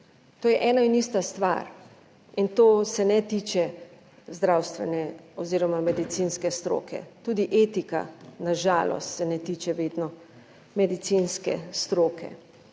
to je ena in ista stvar in to se ne tiče zdravstvene oziroma medicinske stroke. Tudi etika, na žalost, se ne tiče vedno medicinske stroke